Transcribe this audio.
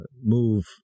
move